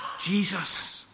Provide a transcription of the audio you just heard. Jesus